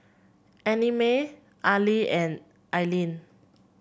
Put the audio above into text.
Annamae Arlie and Ilene